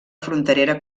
fronterera